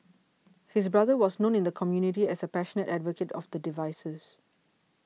his brother was known in the community as a passionate advocate of the devices